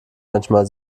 manchmal